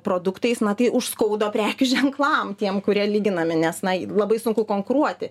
produktais na tai užskaudo prekių ženklam tiem kurie lyginami nes na labai sunku konkuruoti